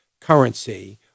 currency